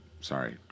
sorry